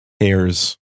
hairs